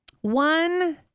One